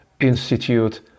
Institute